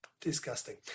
disgusting